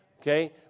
Okay